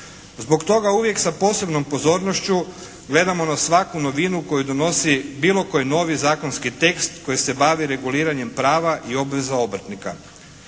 Zbog toga uvijek sa posebnom pozornošću gledamo na svaku novinu koju donosi bilo koji novi zakonski tekst koji se bavi reguliranjem prava i obveza obrtnika.